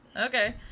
okay